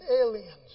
aliens